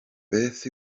beth